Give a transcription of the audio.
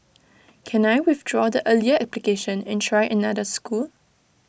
can I withdraw the earlier application and try another school